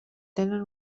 tenen